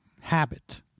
habit